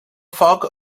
foc